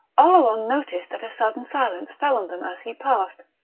oleron noticed that a sudden silence fell on them as he passed,